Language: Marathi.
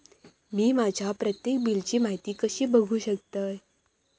मी माझ्या प्रत्येक बिलची माहिती कशी बघू शकतय?